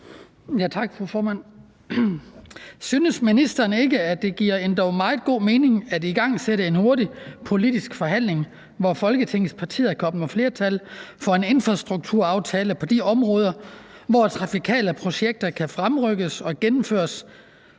Tak, fru formand. Synes ministeren ikke, at det giver endog meget god mening at igangsætte en hurtig politisk forhandling, hvor Folketingets partier kan opnå flertal for en infrastrukturaftale på de områder, hvor trafikale projekter kan fremrykkes og gennemføres